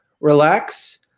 relax